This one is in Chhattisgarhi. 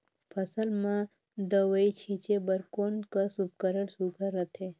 फसल म दव ई छीचे बर कोन कस उपकरण सुघ्घर रथे?